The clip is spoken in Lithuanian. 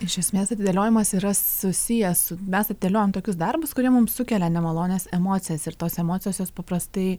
iš esmės atidėliojimas yra susijęs su mes atidėliojam tokius darbus kurie mums sukelia nemalonias emocijas ir tos emocijos jos paprastai